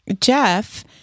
Jeff